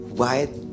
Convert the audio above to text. white